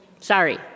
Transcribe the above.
Sorry